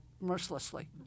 mercilessly